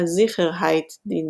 ה"זיכרהייטדינסט"